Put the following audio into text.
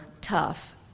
tough